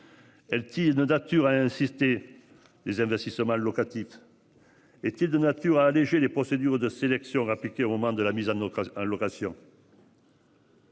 Elle-t-il de nature à insister. Les investissements locatifs. Est-il de nature à alléger les procédures de sélection rappliquer au moment de la mise en en location.